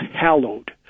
hallowed